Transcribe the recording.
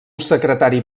secretari